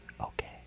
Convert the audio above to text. Okay